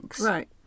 Right